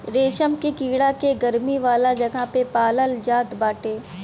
रेशम के कीड़ा के गरमी वाला जगह पे पालाल जात बाटे